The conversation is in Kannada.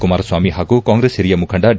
ಕುಮಾರಸ್ಲಾಮಿ ಹಾಗೂ ಕಾಂಗ್ರೆಸ್ ಹಿರಿಯ ಮುಖಂಡ ಡಿ